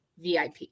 VIP